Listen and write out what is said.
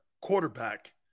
quarterback